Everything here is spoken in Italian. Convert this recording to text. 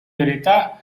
verità